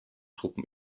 truppen